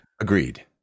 Agreed